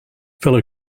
fellow